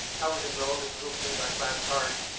i was enrolled in a little three by five card